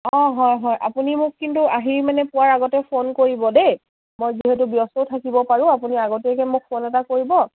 অঁ হয় হয় আপুনি মোক কিন্তু আহি মানে পোৱাৰ আগতে ফোন কৰিব দেই মই যিহেতু ব্যস্ত থাকিব পাৰোঁ আপুনি আগতীয়কৈ মোক ফোন এটা কৰিব